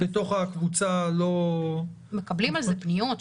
בתוך הקבוצה --- מקבלים על זה פניות,